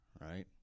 right